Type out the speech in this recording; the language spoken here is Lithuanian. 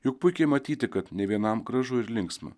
juk puikiai matyti kad nė vienam gražu ir linksma